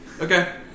Okay